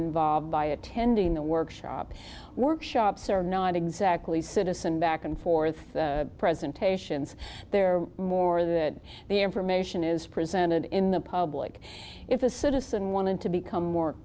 involved by attending the workshop workshops are not exactly citizen back and forth presentations there are more that the information is presented in the public if a citizen wanted to become more